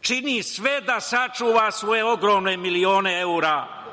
čini sve da sačuva svoje ogromne milione evra